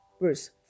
Verse